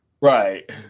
Right